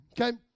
okay